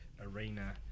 arena